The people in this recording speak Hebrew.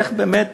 איך באמת,